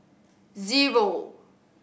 zero